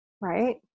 right